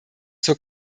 zur